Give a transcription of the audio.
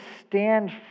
stand